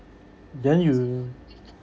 then you